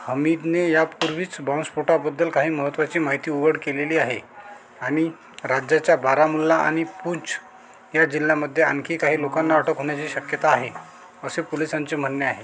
हमीदने यापूर्वीच बॉम्बस्फोटाबद्दल काही महत्त्वाची माहिती उघड केलेली आहे आणि राज्याच्या बारामुल्ला आणि पूंछ या जिल्ह्यामध्ये आणखी काही लोकांना अटक होण्याची शक्यता आहे असे पोलिसांचे म्हणणे आहे